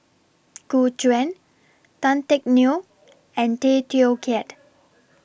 Gu Juan Tan Teck Neo and Tay Teow Kiat